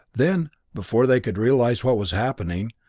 then, before they could realize what was happening,